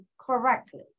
correctly